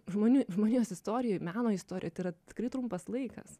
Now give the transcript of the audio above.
žmonių žmonijos istorijoj meno istorijoj tai yra tikrai trumpas laikas